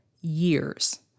years